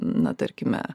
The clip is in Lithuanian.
na tarkime